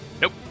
Nope